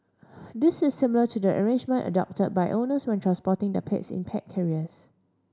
this is similar to the arrangement adopted by owners when transporting their pets in pet carriers